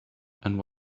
and